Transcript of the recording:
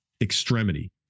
extremity